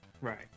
right